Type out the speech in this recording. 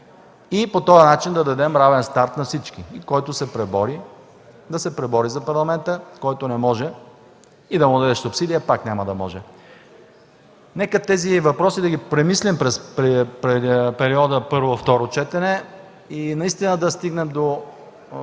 По този начин да дадем равен старт на всички и който се пребори – да се пребори за Парламента. Който не може и да му дадеш субсидия, пак няма да може. Нека тези въпроси да ги премислим през периода между първо и второ четене и наистина да стигнем да